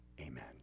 Amen